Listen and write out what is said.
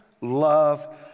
love